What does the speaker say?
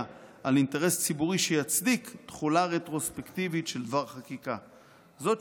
על אינטרס ציבורי שיצדיק תחולה רטרוספקטיבית של דבר חקיקה --- זאת,